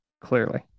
Clearly